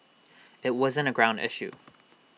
IT wasn't A ground issue